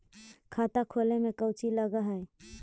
खाता खोले में कौचि लग है?